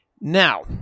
Now